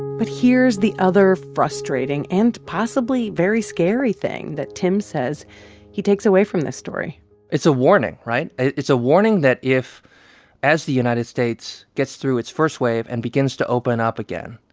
but here's the other frustrating and possibly very scary thing that tim says he takes away from this story it's a warning, right? it's a warning that if as the united states gets through its first wave and begins to open up again,